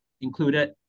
included